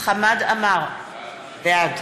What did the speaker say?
חמד עמאר, בעד